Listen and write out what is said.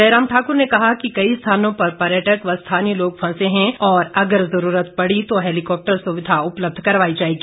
जयराम ठाकुर ने कहा कि कई स्थानों पर पर्यटक व स्थानीय लोग फंसे हैं और अगर जरूरत पड़ी तो हैलिकॉप्टर सुविधा उपलब्ध करवाई जाएगी